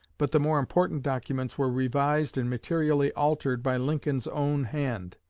but the more important documents were revised and materially altered by lincoln's own hand.